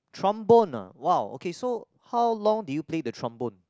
trombone uh wow okay so how long did you play the trombone